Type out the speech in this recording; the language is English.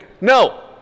No